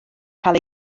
cael